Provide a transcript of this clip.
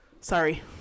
Sorry